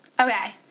Okay